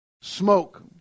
smoke